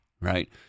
right